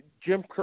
Jim